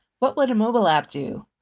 what would a mobile app do?